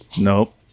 Nope